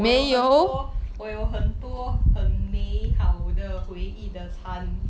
我有很多我有很多很美好的回忆的餐